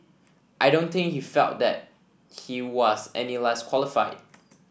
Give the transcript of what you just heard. I don't think he felt that he was any less qualified